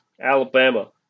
Alabama